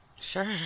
Sure